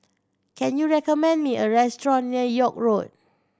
can you recommend me a restaurant near York Road